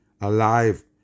alive